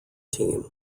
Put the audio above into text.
team